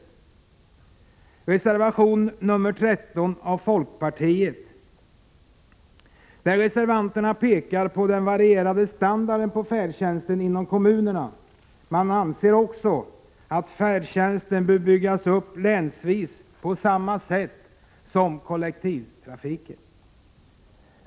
I reservation 13 från folkpartiet pekar reservanterna på den varierande standarden på färdtjänsten i kommunerna. Man anser också att färdtjänsten bör byggas upp länsvis på samma sätt som kollektivtrafiken.